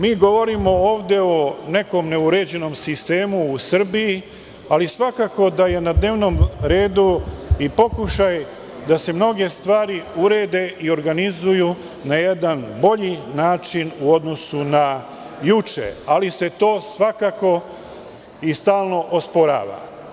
Mi govorimo ovde o nekom neuređenom sistemu u Srbiji, ali svakako da je na dnevnom redu i pokušaj da se mnoge stvari urede i organizuju na jedan bolji način u odnosu na juče, ali se to svakako i stalno osporava.